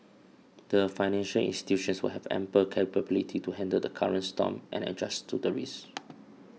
the financial institutions will have ample capability to handle the current storm and adjust to the risks